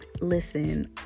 listen